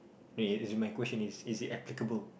wait is it my question is is it applicable